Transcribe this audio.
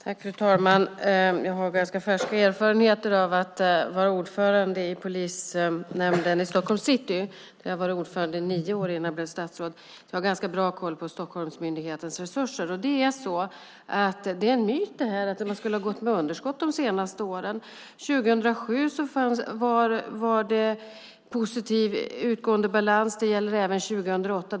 Fru talman! Jag har ganska färska erfarenheter av att vara ordförande i polisnämnden i Stockholms city. Innan jag blev statsråd var jag ordförande där i nio år, så jag har ganska bra koll på Stockholmsmyndighetens resurser. Det är en myt att man gått med underskott under de senaste åren. Både 2007 och 2008 var det en positiv utgående balans.